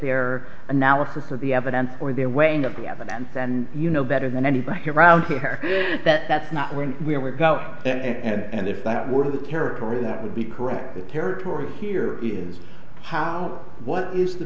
their analysis of the evidence or their weighing of the evidence and you know better than anybody around here that that's not where we were go and if that were the territory that would be correct the territory here is how what is the